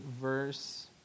verse